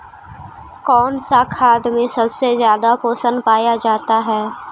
कौन सा खाद मे सबसे ज्यादा पोषण पाया जाता है?